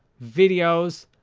videos,